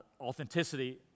Authenticity